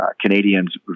Canadians